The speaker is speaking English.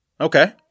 Okay